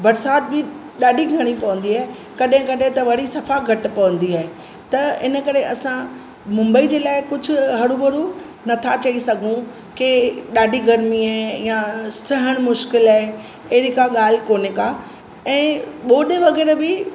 बरसाति बि ॾाढी घणी पवंदी आहे कॾहिं कॾहिं त वरी सफ़ा घटि पवंदी आहे त इन करे असां मुंबई जे लाइ कुझु हरभरु नथा चई सघूं के ॾाढी गर्मी आहे या सहणु मुश्किल आहे अहिड़ी का ॻाल्हि कोन्हे का